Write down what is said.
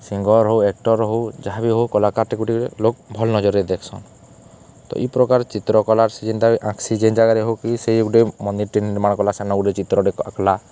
singer ହଉ actor ହଉ ଯାହା ବି ହଉ କଲାକାର୍ଟେ ଗୁଟେ ଲୋକ୍ ଭଲ୍ ନଜର୍ରେ ଦେଖ୍ସନ୍ ତ ଇ ପ୍ରକାର୍ ଚିତ୍ରକଲାର ସେ ଯେନ୍ତା ସେ ଯେନ୍ ଜାଗାରେ ହଉ କିି ସେ ଗୁଟେ ମନ୍ଦିର୍ଟେ ନିର୍ମାଣ କଲା ସେନ ଗୁଟେ ଚିତ୍ରଟେ ଆଙ୍କ୍ଲା